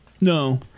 No